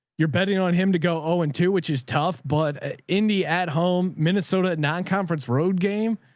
you're betting on him to go, oh, and two, which is tough. but in the ad home, minnesota non-conference road game.